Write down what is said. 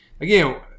Again